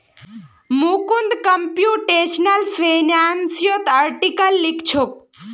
Mukund computational फिनांसत article लिखछोक